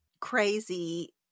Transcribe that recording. crazy